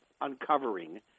uncovering